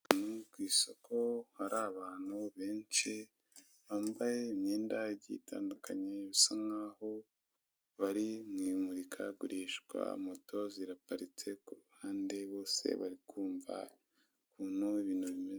Aha ni kwisoko hari abantu benshi bambaye imyenda igiye itandukanye bisa nkaho bari mw'imurikagurishwa moto ziraparitse kuruhande bose barikumva ukuntu ibintu bimeze.